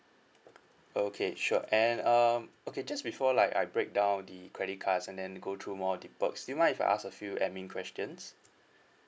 okay sure and um okay just before like I break down the credit cards and then go through more the perks do you mind if I ask a few administration questions